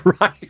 Right